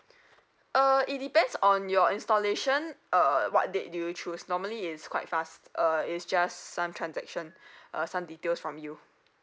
uh it depends on your installation uh what date did you choose normally it's quite fast uh it's just some transaction uh some details from you